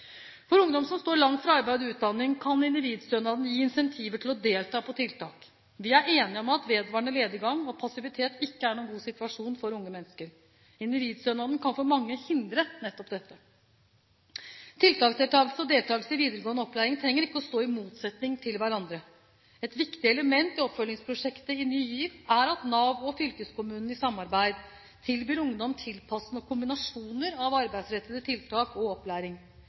For ungdom som står langt fra arbeid og utdanning, kan individstønaden gi incentiver til å delta på tiltak. Vi er enige om at vedvarende lediggang og passivitet ikke er noen god situasjon for unge mennesker. Individstønaden kan for mange hindre nettopp dette. Tiltaksdeltakelse og deltakelse i videregående opplæring trenger ikke å stå i motsetning til hverandre. Et viktig element i Oppfølgingsprosjektet i Ny GIV er at Nav og fylkeskommunen i samarbeid tilbyr ungdom tilpassede kombinasjoner av arbeidsrettede tiltak og opplæring.